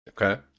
Okay